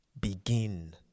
begin